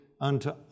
unto